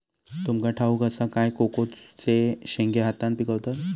तुमका ठाउक असा काय कोकोचे शेंगे हातान पिकवतत